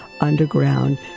underground